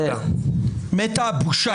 מתה הבושה.